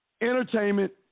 entertainment